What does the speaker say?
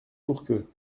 fourqueux